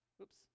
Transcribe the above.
oops